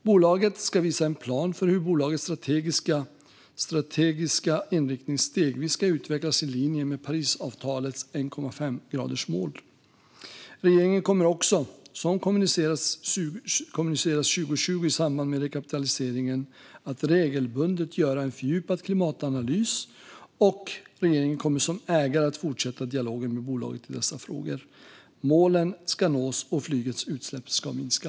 Bolaget ska visa en plan för hur bolagets strategiska inriktning stegvis ska utvecklas i linje med Parisavtalets 1,5-gradersmål. Regeringen kommer också, som kommunicerades 2020 i samband med rekapitaliseringen, att regelbundet göra en fördjupad klimatanalys. Regeringen kommer som ägare att fortsätta dialogen med bolaget i dessa frågor. Målen ska nås, och flygets utsläpp ska minska.